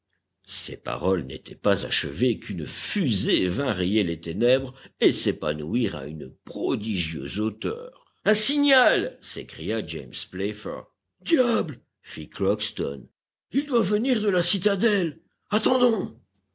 ces paroles n'étaient pas achevées qu'une fusée vint rayer les ténèbres et s'épanouir à une prodigieuse hauteur un signal s'écria james playfair diable fit crockston il doit venir de la citadelle attendons